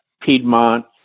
piedmont